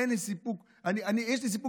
יש לי סיפוק בעבודה,